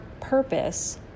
purpose